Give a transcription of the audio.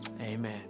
Amen